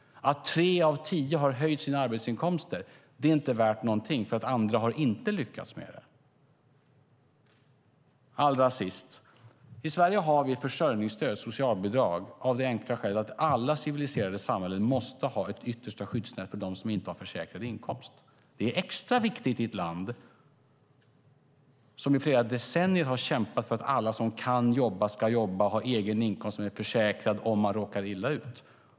Att tre av tio har höjt sina arbetsinkomster är inte värt någonting därför att andra inte har lyckats med det. Allra sist: I Sverige har vi försörjningsstöd, socialbidrag, av det enkla skälet att alla civiliserade samhällen måste ha ett yttersta skyddsnät för dem som inte har försäkrad inkomst. Det är extra viktigt i ett land som i flera decennier har kämpat för att alla som kan jobba ska jobba, ha egen inkomst och vara försäkrade om man råkar illa ut.